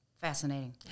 fascinating